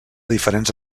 diferents